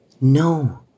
No